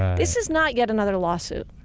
this is not, yet another lawsuit.